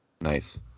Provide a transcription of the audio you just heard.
nice